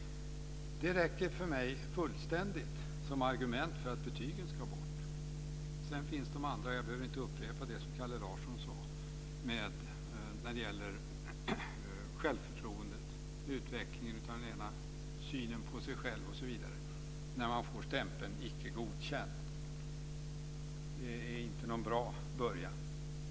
Dessa argument räcker fullständigt för mig för att betygen ska tas bort. Sedan finns det de andra argument som Kalle Larsson sade. Jag ska inte upprepa dem. Det gäller självförtroendet, utvecklingen av synen på sig själv osv. när man får stämpeln icke godkänd. Det är inte någon bra början.